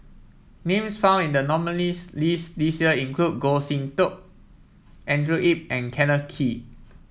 names found in the nominees' list this year include Goh Sin Tub Andrew Yip and Kenneth Kee